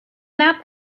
that